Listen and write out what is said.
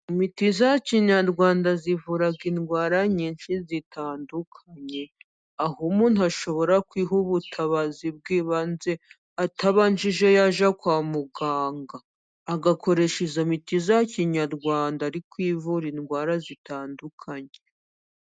Imiti ya kinyarwanda ivura indwara nyinshi zitandukanye. Aho umuntu ashobora kwiha ubutabazi bw'ibanze atabanje yajya kwa muganga, agakoresha iyo miti ya kinyarwanda ari kwivura indwara zitandukanye.